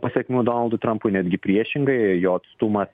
pasekmių donaldu trampui netgi priešingai jo atstumas